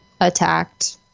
attacked